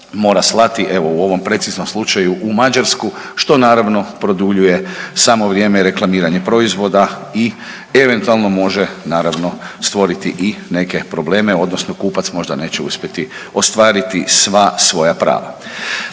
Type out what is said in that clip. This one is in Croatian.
mora slati evo u ovom preciznom slučaju u Mađarsku što naravno produljuje samo vrijeme reklamiranja proizvoda i eventualno može naravno stvoriti i neke probleme odnosno kupac možda neće uspjeti ostvariti sva svoja prava.